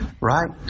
Right